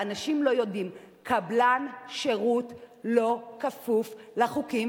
ואנשים לא יודעים: קבלן שירות לא כפוף לחוקים